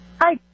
Hi